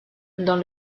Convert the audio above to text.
dans